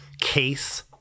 case